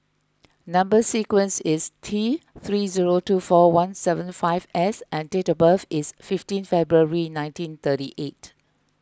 Number Sequence is T three zero two four one seven five S and date of birth is fifteen February nineteen thirty eight